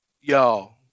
y'all